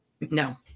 No